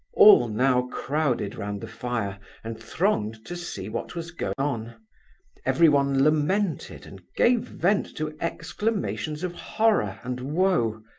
all now crowded round the fire and thronged to see what was going on everyone lamented and gave vent to exclamations of horror and woe.